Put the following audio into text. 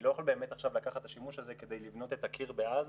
אני לא יכול באמת עכשיו לקחת את השימוש הזה כדי לבנות את הקיר בעזה,